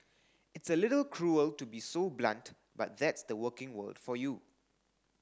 it's a little cruel to be so blunt but that's the working world for you